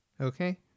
Okay